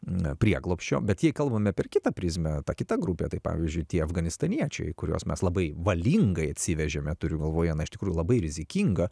na prieglobsčio bet jei kalbame per kitą prizmę ta kita grupė tai pavyzdžiui tie afganistaniečiai kuriuos mes labai valingai atsivežėme turiu galvoje na iš tikrųjų labai rizikinga